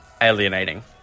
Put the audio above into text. alienating